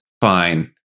fine